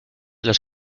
los